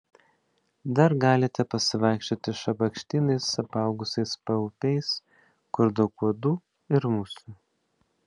dar galite pasivaikščioti šabakštynais apaugusiais paupiais kur daug uodų ir musių